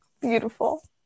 beautiful